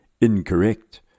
incorrect